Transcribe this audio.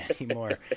anymore